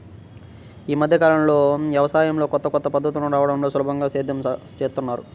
యీ మద్దె కాలంలో యవసాయంలో కొత్త కొత్త పద్ధతులు రాడంతో సులభంగా సేద్యం జేత్తన్నారు